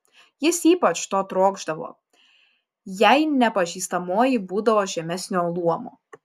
jis ypač to trokšdavo jei nepažįstamoji būdavo žemesnio luomo